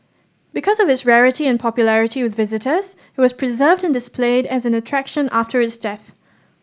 because of its rarity and popularity with visitors it was preserved and displayed as an attraction after its death